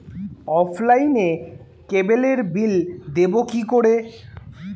অফলাইনে ক্যাবলের বিল দেবো কি করে?